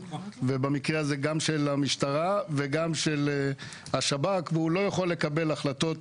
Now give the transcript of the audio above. ובמקרה הזה גם של המשטרה וגם של השב"כ והוא לא יכול לקבל החלטות